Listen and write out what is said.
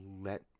let